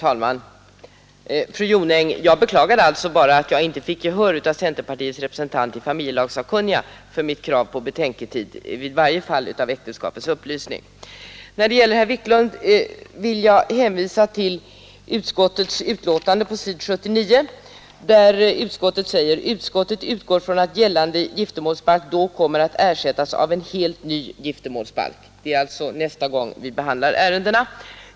Herr talman! Jag beklagar bara, fru Jonäng, att jag hos centerpartiets representant i familjelagssakkunniga inte fick gehör för mitt krav på betänketid i varje fall vid äktenskapets upplösning. Herr Wiklund i Stockholm vill jag hänvisa till s. 79 i betänkandet där utskottet skriver: ”Utskottet utgår från att gällande GB då kommer att ersättas av en helt ny giftermålsbalk.” Det blir alltså nästa gång vi behandlar ärendet.